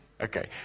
Okay